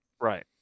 Right